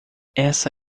essa